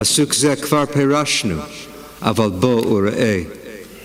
הסוג זה כבר פירשנו, אבל בוא וראה